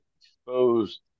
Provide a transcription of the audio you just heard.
exposed